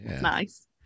nice